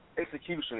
execution